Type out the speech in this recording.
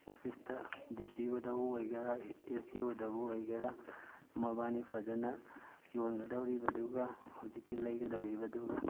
ꯑꯣꯐꯤꯁꯇ D C ꯑꯣꯗꯕꯨ ꯑꯣꯏꯒꯦꯔꯥ ꯑꯦꯁ ꯗꯤ ꯑꯣꯗꯕꯨ ꯑꯣꯏꯒꯦꯔꯥ ꯃꯕꯥꯅꯤ ꯐꯖꯅ ꯌꯣꯟꯒꯗꯧꯔꯤꯕꯗꯨꯒ ꯍꯧꯖꯤꯛꯀꯤ ꯂꯧꯒꯗꯧꯔꯤꯕꯗꯨꯒ